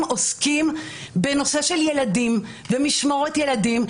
עוסקים בנושא של ילדים ומשמורת ילדים,